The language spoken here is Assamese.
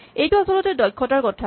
এইটো আচলতে দক্ষতাৰ কথা